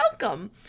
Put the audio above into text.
welcome